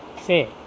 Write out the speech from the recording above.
say